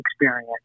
experience